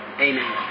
Amen